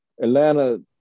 Atlanta